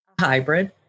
hybrid